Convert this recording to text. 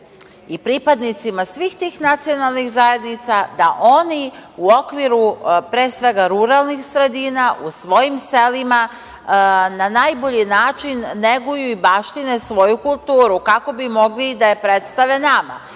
i pripadnicima svih tih nacionalnih zajednica da oni u okviru, pre svega ruralnih sredina, u svojim selima na najbolji način neguju i baštine svoju kulturu kako bi mogli i da je predstave nama. Mi